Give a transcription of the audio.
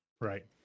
Right